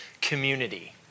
community